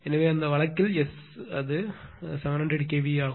எனவே அந்த வழக்கில் S அது 700 kVA ஆகும்